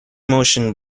motion